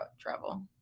travel